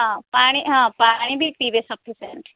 ହଁ ପାଣି ହଁ ପାଣି ବି ପିବେ ସଫିସେଣ୍ଟ